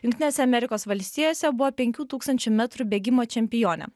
jungtinėse amerikos valstijose buvo penkių tūkstančių metrų bėgimo čempione